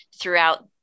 throughout